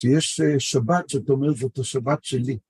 שיש שבת שאתה אומר זאת השבת שלי.